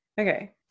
Okay